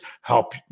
help